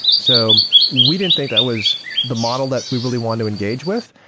so we didn't think that was the model that we really wanted to engage with.